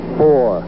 four